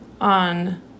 on